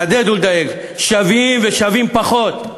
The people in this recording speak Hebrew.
לחדד ולדייק: שווים ושווים פחות.